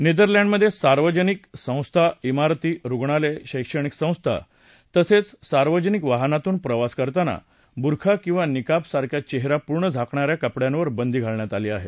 नेदरलँडमध्ये सार्वजनिक संस्था इमारती रुग्णालयेशैक्षणिक संस्था तसेच सार्वजनिक वाहनातून प्रवास करताना बुरखा किंवा निकाब सारख्या चेहरा पूर्ण झाकणाऱ्या कपङ्यांवर बंदी घालण्यात आली आहे